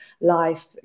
life